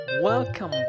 welcome